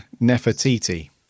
Nefertiti